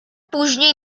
później